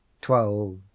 Twelve